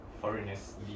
foreigners